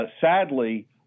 Sadly